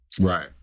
right